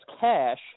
cash